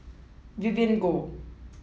Vivien Goh